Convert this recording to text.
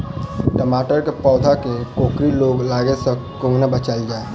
टमाटर केँ पौधा केँ कोकरी रोग लागै सऽ कोना बचाएल जाएँ?